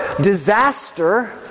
disaster